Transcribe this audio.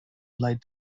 light